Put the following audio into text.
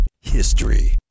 History